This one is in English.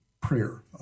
prayer